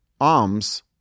alms